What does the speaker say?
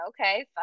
okay